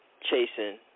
chasing